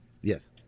yes